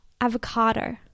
avocado